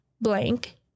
blank